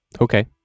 Okay